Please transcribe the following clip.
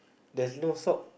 there's no sock